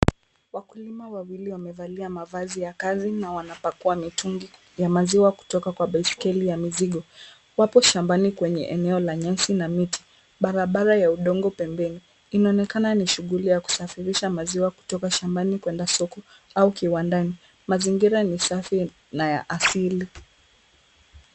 Wakulima wawili wamevalia mavazi ya kazi na wanapakua mitungi ya maziwa kutoka kwa baiskeli ya mizigo. Wapo shambani kwenye eneo la nyasi na miti. Barabara ya udongo pembeni. Inaonekana ni shughuli ya kusafirisha maziwa kutoka shambani kwenda soko au kiwandani. Mazingira ni safi na ya asili.